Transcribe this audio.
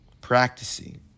practicing